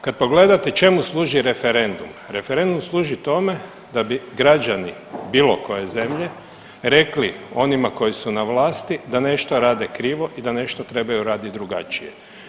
Kad pogledate čemu služi referendum, referendum služi tome da bi građani bilo koje zemlje rekli onima koji su na vlasti da nešto rade krivo i da nešto raditi drugačije.